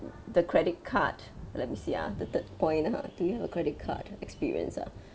the credit card let me see ah the third point uh do you have a credit card experience ah